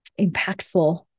impactful